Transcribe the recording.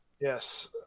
Yes